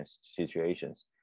situations